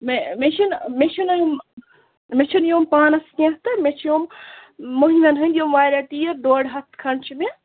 مےٚ مےٚ چھِنہٕ مےٚ چھِنہٕ یِم مےٚ چھِنہٕ یِم پانَس کیٚنٛہہ تہٕ مےٚ چھِ یِم مٔہِنوٮ۪ن ہٕنٛدۍ یِم واریاہ تیٖر ڈۄڈ ہَتھ کھنٛڈ چھِ مےٚ